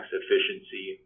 efficiency